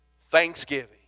thanksgiving